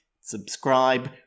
subscribe